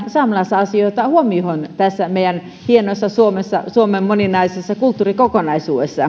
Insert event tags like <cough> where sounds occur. saamelaisasioita huomioon tässä meidän hienossa suomen moninaisessa kulttuurikokonaisuudessa <unintelligible>